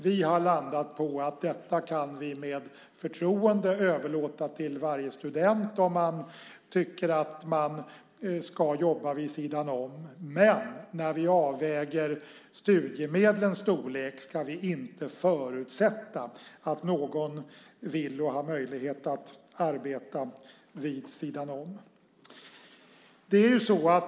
Vi har landat på att vi med förtroende kan överlåta till varje student att avgöra om de ska jobba vid sidan om. Men när vi avväger studiemedlens storlek ska vi inte förutsätta att någon vill och har möjlighet att arbeta vid sidan om.